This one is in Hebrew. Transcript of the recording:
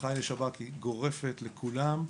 ההנחיה של שב"כ היא גורפת לכולם,